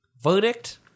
Verdict